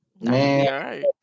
man